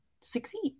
succeed